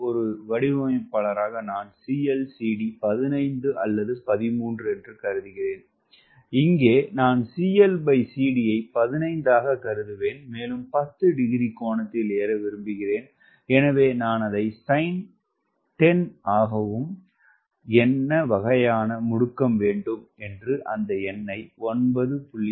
ஒரு வடிவமைப்பாளராக நான் cl cd 15 அல்லது 13 என்று கருதுகிறேன் இங்கே நான் clcd ஐ 15 ஆகக் கருதுவேன் மேலும் 10 டிகிரி கோணத்தில் ஏற விரும்புகிறேன் எனவே நான் அதை sin10 ஆகவும் என்ன வகையான முடுக்கம் வேண்டும் என்றும் அந்த எண்ணை 9